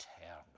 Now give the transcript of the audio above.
eternal